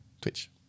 Twitch